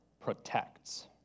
protects